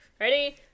Ready